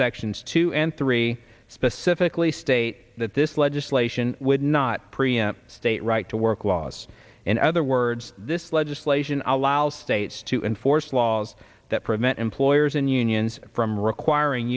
subsections two and three specifically state that this legislation would not preempt state right to work laws in other words this legislation allows states to enforce laws that prevent employers and unions from requiring